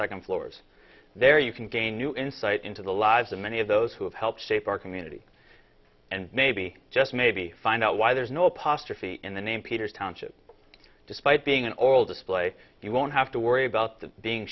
second floors there you can gain new insight into the lives of many of those who have helped shape our community and maybe just maybe find out why there's no apostrophe in the name peters township despite being an old display you won't have to worry about the being